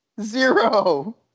Zero